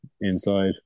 inside